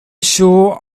sure